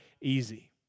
easy